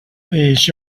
these